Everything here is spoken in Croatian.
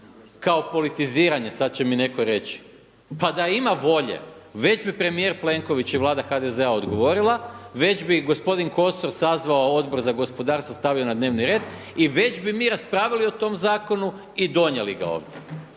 kao politiziranje. Sad će mi netko reći. Pa da ima volje već bi premijer Plenković i Vlada HDZ-a odgovorila, već bi gospodin Kosor sazvao Odbora za gospodarstvo, stavio na dnevni red i već bi mi raspravili o tom zakonu i donijeli ga ovdje.